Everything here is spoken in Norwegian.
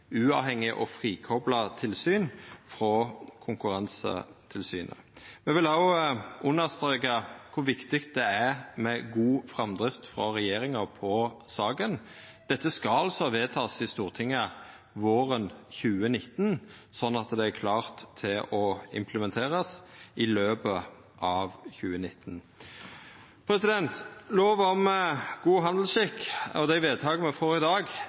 uavhengig og frikopla tilsyn frå Konkurransetilsynet. Me vil òg understreka kor viktig det er med god framdrift frå regjeringa i saka. Dette skal altså vedtakast i Stortinget våren 2019, sånn at det er klart til å implementerast i løpet av 2019. Lov om god handelsskikk og det vedtaket me får i dag,